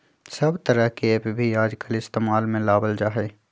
सब तरह के ऐप भी आजकल इस्तेमाल में लावल जाहई